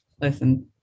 listen